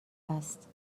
است